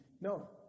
No